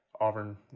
Auburn